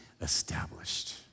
established